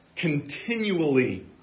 continually